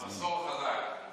זה מסור חזק.